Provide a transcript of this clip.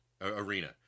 arena